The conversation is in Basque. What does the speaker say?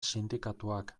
sindikatuak